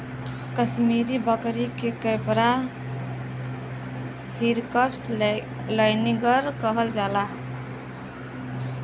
कसमीरी बकरी के capra hircus laniger कहल जाला